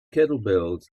kettlebells